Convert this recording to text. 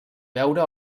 veure